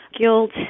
guilt